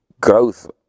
Growth